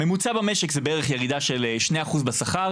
המצב במשק זה בערך ירידה של שני אחוז בשכר